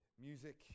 music